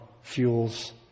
fuels